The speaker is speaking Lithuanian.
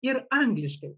ir angliškai